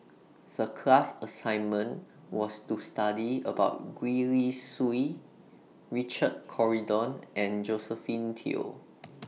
The class assignment was to study about Gwee Li Sui Richard Corridon and Josephine Teo